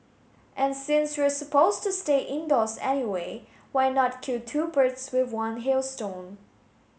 and since we're supposed to stay indoors anyway why not kill two birds with one hailstone